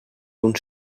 uns